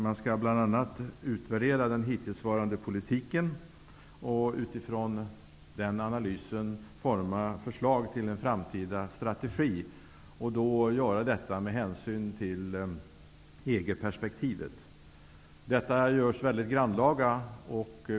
Man skall bl.a. utvärdera den hittillsvarande politiken och utifrån denna analys forma förslag till en framtida strategi och göra detta i EG-perspektivet. Detta görs väldigt grannlaga.